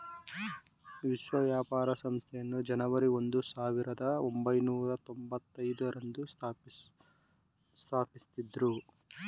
ವಿಶ್ವ ವ್ಯಾಪಾರ ಸಂಸ್ಥೆಯನ್ನು ಜನವರಿ ಒಂದು ಸಾವಿರದ ಒಂಬೈನೂರ ತೊಂಭತ್ತೈದು ರಂದು ಸ್ಥಾಪಿಸಿದ್ದ್ರು